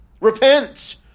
Repent